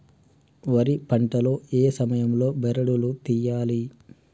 వరి పంట లో ఏ సమయం లో బెరడు లు తియ్యాలి?